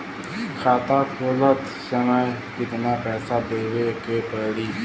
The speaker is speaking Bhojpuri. खाता खोलत समय कितना पैसा देवे के पड़ी?